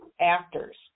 actors